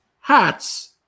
hats